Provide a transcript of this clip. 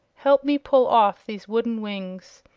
help me pull off these wooden wings!